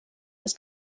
this